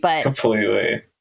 Completely